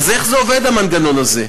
איך עובד המנגנון הזה?